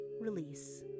release